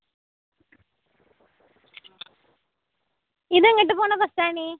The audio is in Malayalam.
ഇത് എങ്ങോട്ട് പോവുന്ന ബസ് ആണ്